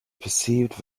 perceived